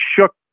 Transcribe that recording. shook